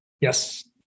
Yes